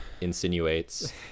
insinuates